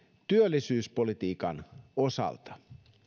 työllisyyspolitiikan osalta